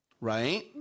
Right